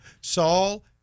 Saul